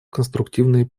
конструктивные